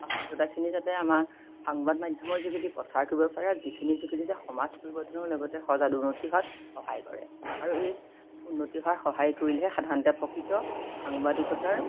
শুদ্ধতাখিনি যাতে আমাৰ সংবাদ মাধ্যমৰ যোগেদি প্ৰচাৰ কৰিব পাৰে আৰু যিখিনি যোগেদি যে সমাজ পৰিৱৰ্তনৰ লগতে সজাগ উন্নতি হোৱাত সহায় কৰে আৰু এই উন্নতি হোৱাৰ সহায় কৰিলেহে সাধাৰণতে প্ৰকৃত সাংবাদিকতাৰ